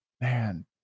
Man